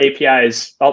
APIs